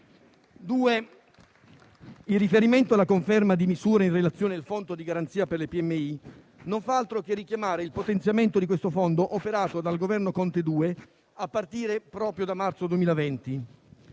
il riferimento alla conferma di misure in relazione al Fondo di garanzia per le PMI non fa altro che richiamare il potenziamento di questo Fondo operato dal Governo Conte II, a partire proprio da marzo 2020.